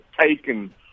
taken